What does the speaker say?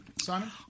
Simon